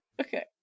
Okay